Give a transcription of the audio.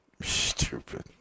Stupid